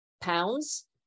pounds